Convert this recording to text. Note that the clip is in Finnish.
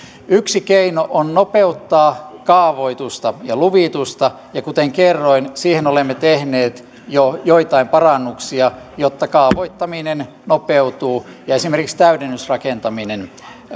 yksi keino on nopeuttaa kaavoitusta ja luvitusta kuten kerroin siihen olemme tehneet jo joitain parannuksia jotta kaavoittaminen nopeutuu ja esimerkiksi täydennysrakentaminen